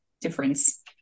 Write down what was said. difference